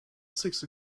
six